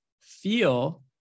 feel